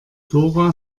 dora